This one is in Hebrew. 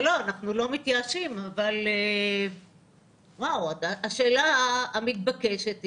לא, אנחנו לא מתייאשים, אבל השאלה המתבקשת היא,